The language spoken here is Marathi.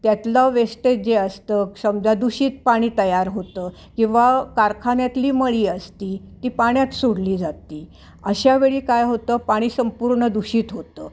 त्यातलं वेस्टेज जे असतं समजा दूषित पाणी तयार होतं किंवा कारखान्यातली मळी असते ती पाण्यात सोडली जाते अशावेळी काय होतं पाणी संपूर्ण दूषित होतं